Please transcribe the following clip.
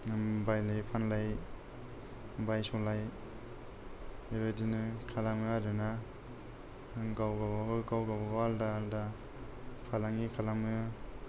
बायलाय फानलाय बायस'लाय बेबादिनो खालामो आरोना गावगाबागाव गावगाबागाव आल्दा आल्दा फालांगि खालामो